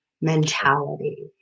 mentality